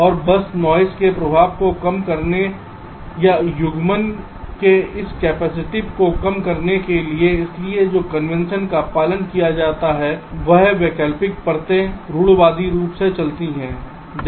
और बस नॉइस के प्रभाव को कम करने या युग्मन के इस कैपेसिटिव को कम करने के लिए इसलिए जो कन्वेंशन का पालन किया जाता है वह वैकल्पिक परतें रूढ़िवादी रूप से चलती हैं